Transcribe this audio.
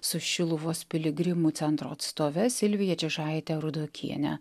su šiluvos piligrimų centro atstove silvija čižaite rudokiene